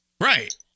right